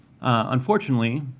Unfortunately